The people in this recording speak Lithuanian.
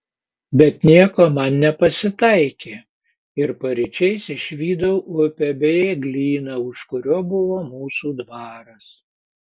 bet nieko man nepasitaikė ir paryčiais išvydau upę bei eglyną už kurio buvo mūsų dvaras